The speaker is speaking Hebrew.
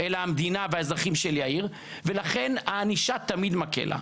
אלא המדינה והאזרחים של יאיר ולכן הענישה תמיד מקלה.